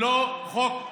ולא כחוק קבוע.